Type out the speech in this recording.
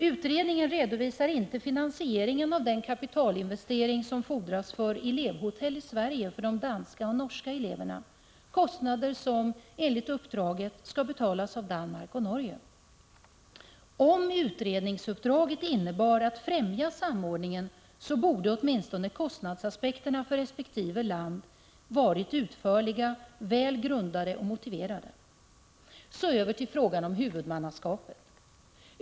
Utredningen redovisar inte finansieringen av den kapitalinvestering som fordras för ”elevhotell” i Sverige för de danska och norska eleverna, kostnader som enligt uppdraget skall betalas av Danmark och Norge. Om utredningsuppdraget innebar att främja samordningen, borde åtminstone kostnadsaspekterna för resp. land ha varit utförliga, väl grundade och motiverade. Så över till frågan om huvudmannaskapet.